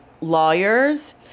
lawyers